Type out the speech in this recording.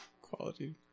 quality